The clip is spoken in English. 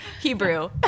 Hebrew